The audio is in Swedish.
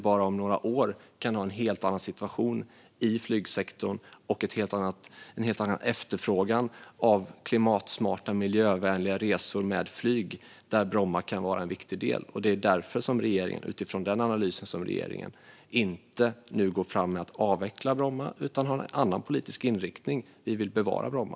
Bara om några år kan vi ha en helt annan situation i flygsektorn och en helt annan efterfrågan på klimatsmarta, miljövänliga resor med flyg. Där kan Bromma vara en viktig del. Det är utifrån den analysen som regeringen inte nu går fram med att avveckla Bromma utan har en annan politisk inriktning. Vi vill bevara Bromma.